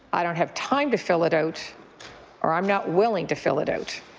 i don't have time to fill it out or i'm not willing to fill it out.